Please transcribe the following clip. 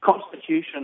constitution